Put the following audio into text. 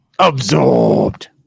Absorbed